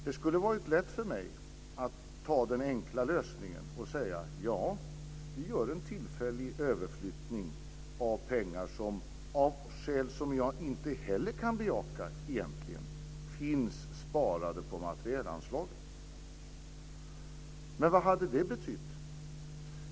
Det skulle ha varit lätt för mig att välja den enkla lösningen och säga: Ja, vi gör en tillfällig överflyttning av pengar som, av skäl som jag inte heller egentligen kan bejaka, finns sparade på materielanslaget. Men vad hade det betytt?